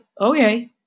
okay